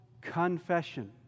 confession